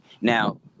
Now